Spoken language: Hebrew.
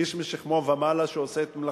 איש משכמו ומעלה, שעושה את מלאכתו,